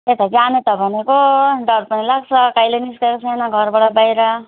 त्यही त जाने त भनेको डर पनि लाग्छ कहिले निस्केको छैन घरबाट बाहिर